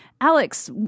Alex